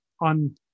on